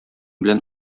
белән